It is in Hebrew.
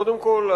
קודם כול,